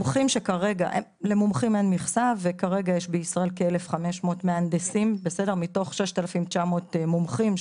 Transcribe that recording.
למומחים אין מכסה וכרגע יש בישראל כ-1,500 מהנדסים מתוך 6,900 מומחים,